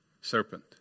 serpent